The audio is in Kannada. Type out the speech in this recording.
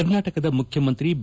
ಕರ್ನಾಟಕದ ಮುಖ್ಯಮಂತ್ರಿ ಬಿ